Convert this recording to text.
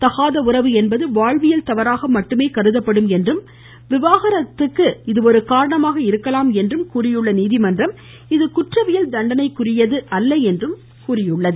தகாத உறவு என்பது வாழ்வியல் தவறாக மட்டுமே கருதப்படும் என்றும் விவாகரத்துக்கு இது ஒரு காரணமாக இருக்கலாம் என்றும் கூறியுள்ள நீதிமன்றம் இது குற்றவியல் தண்டனைக்குரியது அல்ல என்றும் தெரிவித்துள்ளது